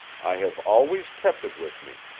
i have always kept it with me,